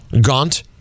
Gaunt